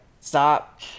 stop